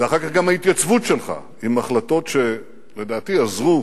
ואחר כך גם ההתייצבות שלך עם החלטות שלדעתי עזרו